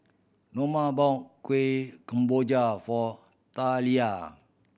Noma bought Kuih Kemboja for Talia